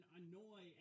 annoy